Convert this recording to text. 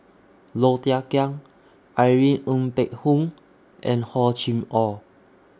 Low Thia Khiang Irene Ng Phek Hoong and Hor Chim Or